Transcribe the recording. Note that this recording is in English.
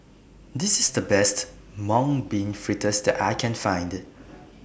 This IS The Best Mung Bean Fritters that I Can Find